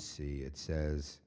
see it says